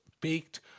baked